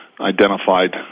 identified